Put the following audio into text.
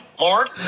Lord